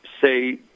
say